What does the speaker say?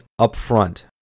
upfront